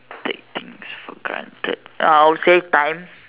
take things for granted I'll say time